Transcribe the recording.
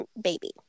Baby